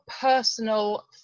personal